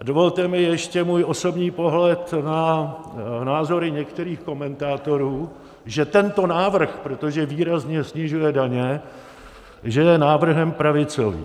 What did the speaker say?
Dovolte mi ještě můj osobní pohled na názory některých komentátorů, že tento návrh, protože výrazně snižuje daně, je návrhem pravicovým.